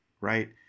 right